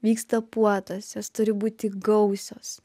vyksta puotos jos turi būti gausios